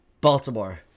Baltimore